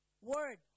word